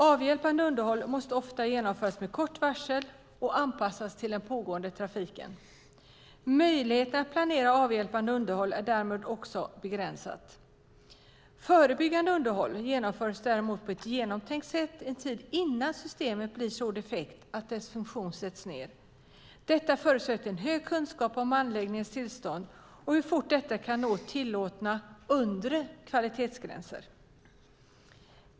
Avhjälpande underhåll måste ofta genomföras med kort varsel och anpassas till den pågående trafiken. Möjligheten att planera avhjälpande underhåll är därmed också begränsat. Förebyggande underhåll genomförs däremot på ett genomtänkt sätt en tid innan systemet blir så defekt att dess funktion sätts ned. Detta förutsätter en hög kunskap om anläggningens tillstånd och hur fort detta kan nå tillåtna undre kvalitetsgränser.